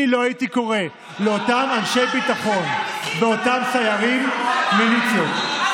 אני לא הייתי קורא לאותם אנשי ביטחון ואותם סיירים "מיליציות".